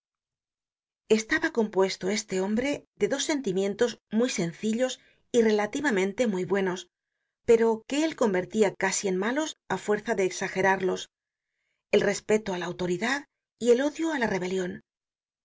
estaba compuesto éste hombre de dos sentimientos muy sencillos y relativamente muy buenos pero que él convertía casi en malos á fuerza de cxajerarlos el respeto á la autoridad y el odio á la rebelion